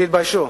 תתביישו.